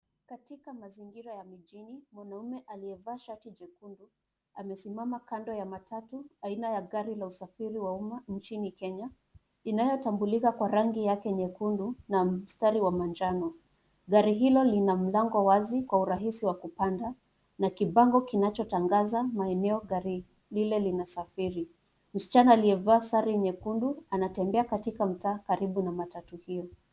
Katika mazingira ya mijini, mwanamume aliyevaa shati jekundu, amesimama kando ya matatu, aina ya gari la usafiri wa umma, nchini Kenya. Inayotambulika kwa rangi yake nyekundu, na mstari wa manjano. Gari hilo lina mlango wazi kwa urahisi wa kupanda, na kibango kinachotangaza maeneo gari lile linasafiri. Msichana aliyevaa sare nyekundu, anatembea katika mtaa, karibu na matatu hiyo.